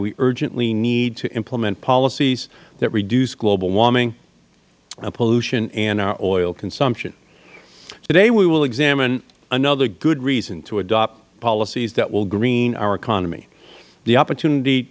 we urgently need to implement policies that reduce global warming pollution and our oil consumption today we will examine another good reason to adopt policies that will green our economy the opportunity